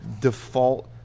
default